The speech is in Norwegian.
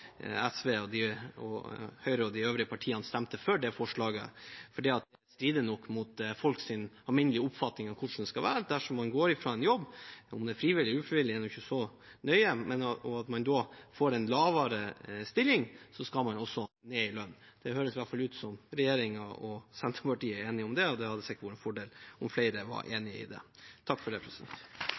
Høyre og de øvrige partiene stemte for det forslaget. Det strider nok mot folks alminnelig oppfatning av hvordan det skal være dersom man går fra en jobb– om det er frivillig eller ufrivillig er ikke så nøye – og får en lavere stilling, og så skal man også ned i lønn. Det høres i hvert fall ut som om regjeringen og Senterpartiet er enige om det, og det hadde sikkert vært en fordel om flere var enig i det. Jeg vil takke for debatten og håper at det